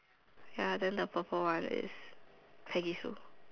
ya then the purple one is Peggy Sue